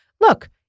Look